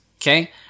okay